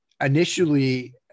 initially –